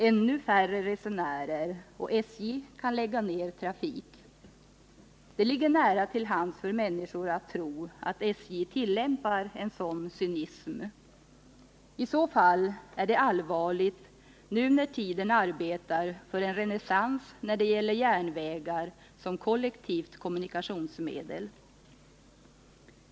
Ännu färre resenärer, och SJ kan lägga ned trafik. Det ligger nära till hands för människor att tro att SJ tillämpar en sådan cynism. I så fall är det allvarligt, nu när tiden arbetar för en renässans för järnvägar som kollektivt kommunikationsmedel.